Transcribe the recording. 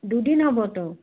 দুদিন হ'বতো